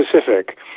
specific